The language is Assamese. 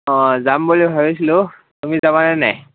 অঁ যাম বুলি ভাবিছিলোঁ তুমি যাবানে নাই